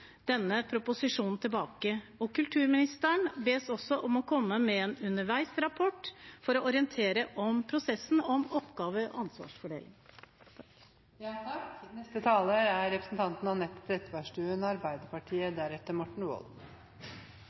denne proposisjonen tilbake. Kulturministeren bes også om komme med en underveisrapport for å orientere om prosessen om oppgave- og ansvarsfordeling. Kultur er